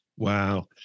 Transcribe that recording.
Wow